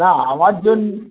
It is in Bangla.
না আমার জন্য